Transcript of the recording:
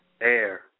Air